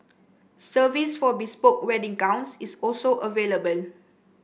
service for bespoke wedding gowns is also available